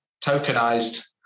tokenized